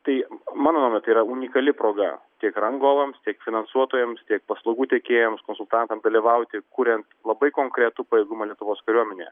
tai mano nuomone tai yra unikali proga tiek rangovams tiek finansuotojams tiek paslaugų tiekėjams konsultantams dalyvauti kuriant labai konkretų pajėgumą lietuvos kariuomenėje